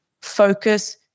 focus